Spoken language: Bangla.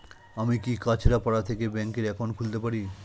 আমি কি কাছরাপাড়া থেকে ব্যাংকের একাউন্ট খুলতে পারি?